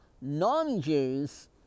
non-Jews